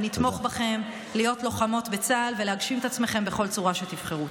ונתמוך בכן להיות לוחמות בצה"ל ולהגשים את עצמכן בכל צורה שתבחרו.